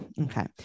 okay